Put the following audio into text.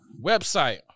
website